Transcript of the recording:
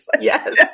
Yes